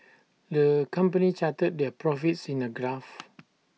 the company charted their profits in A graph